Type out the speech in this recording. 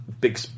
big